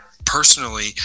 personally